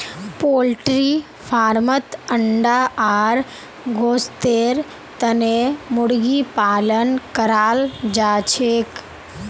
poultry फार्मत अंडा आर गोस्तेर तने मुर्गी पालन कराल जाछेक